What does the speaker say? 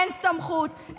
אין סמכות,